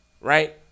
right